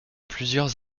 plusieurs